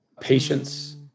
patience